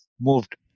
moved